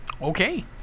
Okay